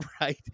right